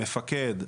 מפקד,